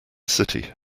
city